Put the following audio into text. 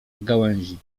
gałęzi